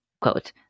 Quote